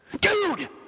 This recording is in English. dude